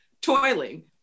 toiling